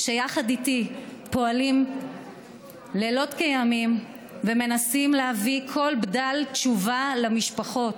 שיחד איתי פועלים לילות כימים ומנסים להביא כל בדל תשובה למשפחות,